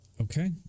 Okay